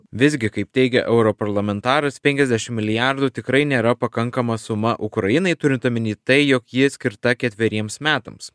visgi kaip teigia europarlamentaras penkiasdešimt milijardų tikrai nėra pakankama suma ukrainai turint omeny tai jog ji skirta ketveriems metams